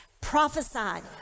prophesied